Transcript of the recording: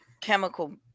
chemical